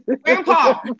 Grandpa